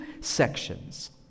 sections